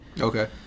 Okay